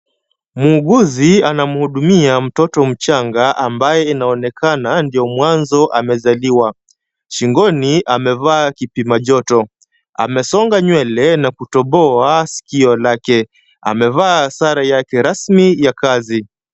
Muuguzi anamhudumia mtoto mchanga ambaye inaonekana ndio mwanzo amezaliwa. Shingoni amevaa kipimajoto. Amesonga nywele na kutoboa sikio lake. Amevaa sare yake rasmi ya kazi.